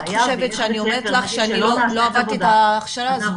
מה את חושבת שאני אומרת לך שלא עברתי את ההכשרה הזאת.